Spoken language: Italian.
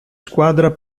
squadra